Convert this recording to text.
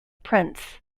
prince